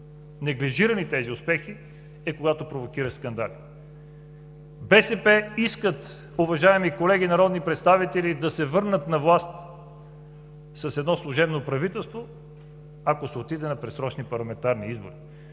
неглижирани тези успехи е когато провокираш скандали. БСП искат, уважаеми колеги народни представители, да се върнат на власт с едно служебно правителство, ако се отиде на предсрочни парламентарни избори.